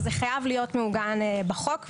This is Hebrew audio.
וזה חייב להיות מעוגן בחוק וכתוב,